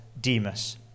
Demas